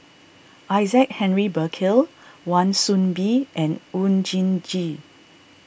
Isaac Henry Burkill Wan Soon Bee and Oon Jin Gee